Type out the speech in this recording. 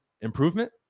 improvement